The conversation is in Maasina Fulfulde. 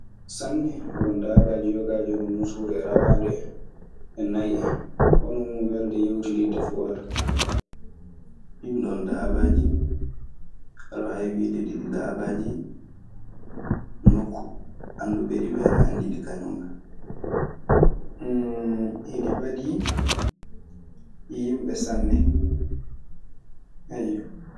Sanne won daabaaji yogaaji hono muusuuru e rawaandu en e nay en, hono mun welde yewtididde fuu walaa. Ɗinɗon daabaaji, aɗe waawi wiide ɗi daabaaji nokku annduɓe ɗi ana anndi ɗi kañun kaa. Iɗi ɓadii yimɓe sanne. Ayyo.